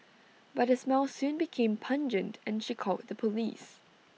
but the smell soon became pungent and she called the Police